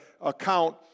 account